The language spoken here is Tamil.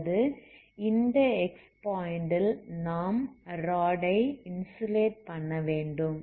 அல்லது இந்த x பாயிண்ட் ல் நாம் ராட் ஐ இன்சுலேட் பண்ணவேண்டும்